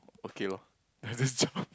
okay lor I just jumped